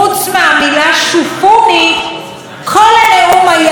כל הנאום היה: ראו כמה אני גדול,